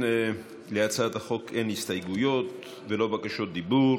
להצעת החוק אין הסתייגויות ולא בקשות דיבור